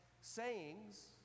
sayings